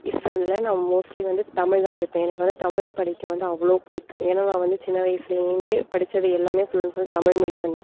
இஸ்டம் இல்லை நான் மோஸ்ட்லி வந்து தமிழ் தான் படிப்பேன் எனக்கு வந்து தமிழ் படிக்க வந்து அவ்வளோ பிடிக்கும் ஏன்னா நான் வந்து சின்ன வயசுலேருந்தே படித்தது எல்லாமே full and full Tamil medium தான்